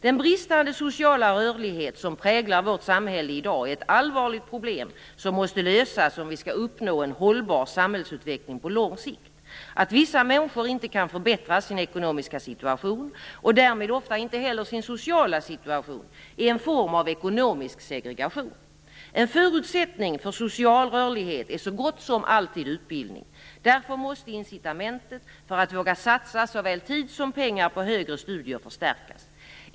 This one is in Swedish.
Den bristande sociala rörlighet som präglar vårt samhälle i dag är ett allvarligt problem som måste lösas om vi skall uppnå en hållbar samhällsutveckling på lång sikt. Att vissa människor inte kan förbättra sin ekonomiska situation, och därmed ofta inte heller sin sociala situation, är en form av ekonomisk segregation. En förutsättning för social rörlighet är så gott som alltid utbildning. Därför måste incitamenten för att våga satsa såväl tid som pengar på högre studier förstärkas.